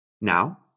Now